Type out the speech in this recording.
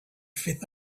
fifth